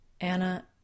Anna